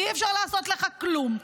אי-אפשר לעשות לך כלום.